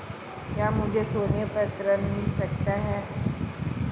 क्या मुझे सोने पर ऋण मिल सकता है?